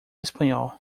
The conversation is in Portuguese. espanhol